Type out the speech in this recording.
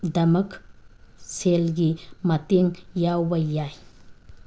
ꯗꯃꯛ ꯁꯦꯜꯒꯤ ꯃꯇꯦꯡ ꯌꯥꯎꯕ ꯌꯥꯏ